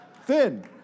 Finn